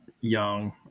young